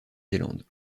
zélande